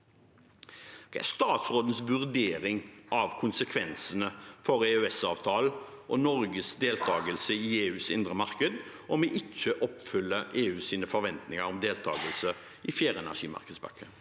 Hva er statsrådens vurdering av konsekvensene for EØS-avtalen og Norges deltakelse i EUs indre marked om vi ikke oppfyller EUs forventninger om deltakelse i fjerde energimarkedspakke?